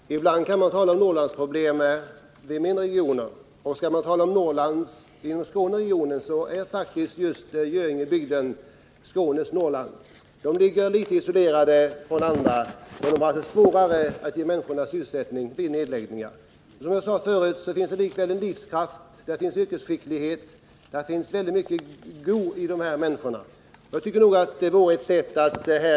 Herr talman! Ibland kan man tala om ”Norrlandsproblem” även i mindre regioner, och Göingebygden är faktiskt Skånes ”Norrland”. Orterna i bygden ligger relativt isolerade, och man har där svårare än på andra håll att ge människorna annan sysselsättning efter nedläggningar. Som jag sade förut finns det likväl livskraft och yrkesskicklighet — det är väldigt mycket ”go” i de här människorna.